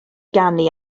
ganu